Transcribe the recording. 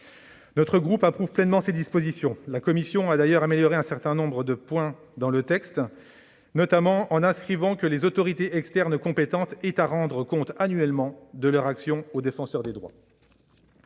Notre groupe approuve pleinement ces dispositions. La commission a d'ailleurs amélioré un certain nombre de points dans le texte, en y inscrivant notamment l'obligation pour les autorités externes de rendre compte annuellement de leur action au Défenseur des droits.